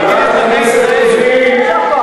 חברת הכנסת רוזין.